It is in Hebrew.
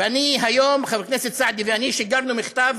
אני היום, חבר הכנסת סעדי ואני, שיגרנו מכתב